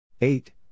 eight